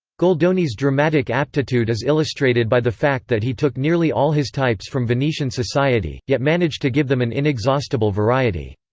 goldoni's dramatic aptitude is illustrated by the fact that he took nearly all his types from venetian society, yet managed to give them an inexhaustible variety.